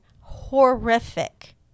horrific